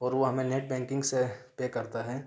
اور وہ ہمیں نیٹ بیکنگ سے پے کرتا ہے